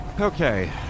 Okay